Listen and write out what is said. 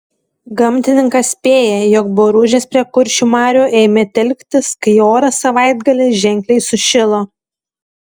gamtininkas spėja jog boružės prie kuršių marių ėmė telktis kai oras savaitgalį ženkliai sušilo